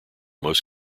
most